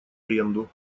аренду